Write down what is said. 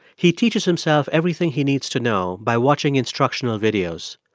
he teaches himself everything he needs to know by watching instructional videos.